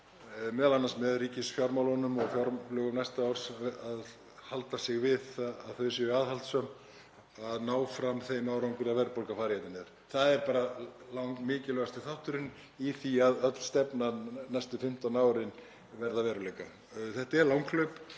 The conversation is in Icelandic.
m.a. í ríkisfjármálunum og fjárlögum næsta árs, að halda sig við það að þau séu aðhaldssöm, að ná fram þeim árangri að verðbólga fari niður. Það er bara langmikilvægasti þátturinn í því að öll stefnan næstu 15 árin verði að veruleika. Þetta er langhlaup,